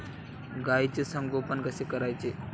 गाईचे संगोपन कसे करायचे?